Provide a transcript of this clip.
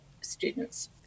students